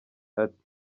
ati